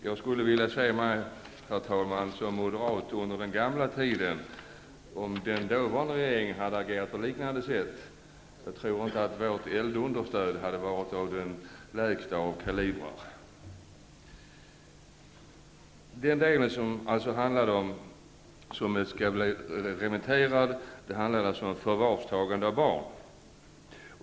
Jag skulle vilja säga som moderat att om den förra regeringen hade agerat på liknande sätt så tror jag inte att vi hade sparat på krutet. Den del som remitterats handlar om förvarstagande av barn.